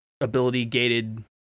ability-gated